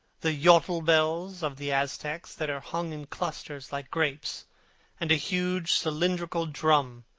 the yotl bells of the aztecs, that are hung in clusters like grapes and a huge cylindrical drum,